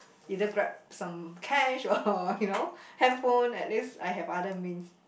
either grab some cash or you know hand phone at least I have other means